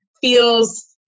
feels